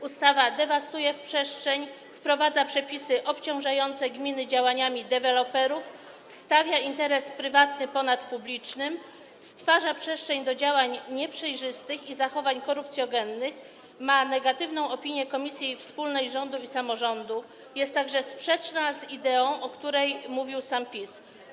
Ustawa zezwala na dewastowanie przestrzeni, wprowadza przepisy obciążające gminy działaniami deweloperów, stawia interes prywatny ponad publicznym, stwarza przestrzeń do działań nieprzejrzystych i zachowań korupcjogennych, ma negatywną opinię Komisji Wspólnej Rządu i Samorządu, jest także sprzeczna z ideą, o której mówił sam PiS.